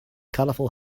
colorful